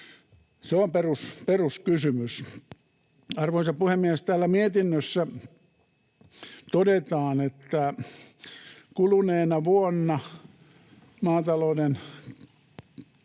Se on peruskysymys. Arvoisa puhemies! Täällä mietinnössä todetaan: ”Kuluneena vuonna maatalouden